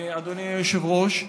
אדוני היושב-ראש,